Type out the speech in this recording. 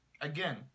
again